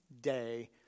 day